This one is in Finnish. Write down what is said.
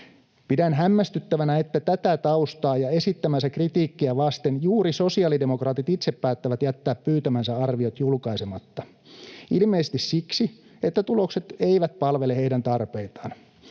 Pidän hämmästyttävänä, että tätä taustaa ja esittämäänsä kritiikkiä vasten juuri sosiaalidemokraatit itse päättävät jättää pyytämänsä arviot julkaisematta — ilmeisesti siksi, että tulokset eivät palvele heidän tarpeitaan.